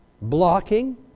Blocking